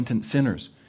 sinners